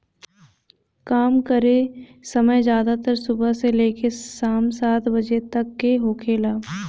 काम करे समय ज्यादातर सुबह से लेके साम सात बजे तक के होखेला